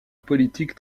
politique